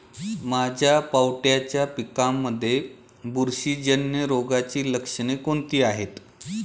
माझ्या पावट्याच्या पिकांमध्ये बुरशीजन्य रोगाची लक्षणे कोणती आहेत?